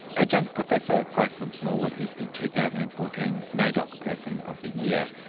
adjunct professor gracelyn smallwood is the two thousand and fourteen naidoc person of the year.